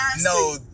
No